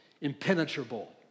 impenetrable